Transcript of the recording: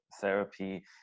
Therapy